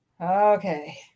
Okay